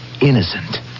innocent